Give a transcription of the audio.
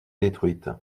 détruite